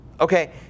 Okay